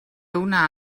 una